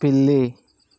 పిల్లి